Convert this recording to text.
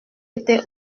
était